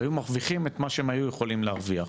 והיו מרוויחים את מה שהם היו יכולים להרוויח,